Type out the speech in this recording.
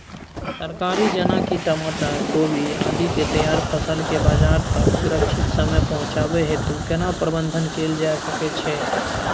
तरकारी जेना की टमाटर, कोबी आदि के तैयार फसल के बाजार तक सुरक्षित समय पहुँचाबै हेतु केना प्रबंधन कैल जा सकै छै?